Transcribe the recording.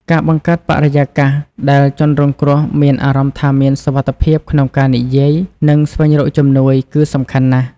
ការបង្កើតបរិយាកាសដែលជនរងគ្រោះមានអារម្មណ៍ថាមានសុវត្ថិភាពក្នុងការនិយាយ និងស្វែងរកជំនួយ គឺសំខាន់ណាស់។